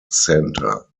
center